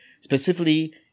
Specifically